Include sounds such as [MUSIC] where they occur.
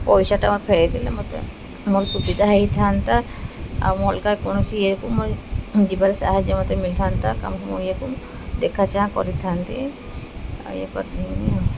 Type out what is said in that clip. ପଇସାଟା ମୋତେ ଫେରାଇଦେଲେ ମୋତେ ମୋର ସୁବିଧା ହୋଇଥାନ୍ତା ଆଉ ମୋ ଅଲଗା କୌଣସି ଇଏକୁ ମୋ ଯିବାରେ ସାହାଯ୍ୟ ମତେ ମିଳିଥାନ୍ତା କାମକୁ ମୁଁ ଇଏକୁ ଦେଖା ଚାହାଁ କରିଥାନ୍ତି ଆଉ ଏ [UNINTELLIGIBLE]